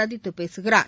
சந்தித்து பேசுகிறார்